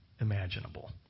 imaginable